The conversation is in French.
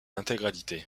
intégralité